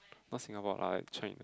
not Singapore lah like in China